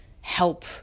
help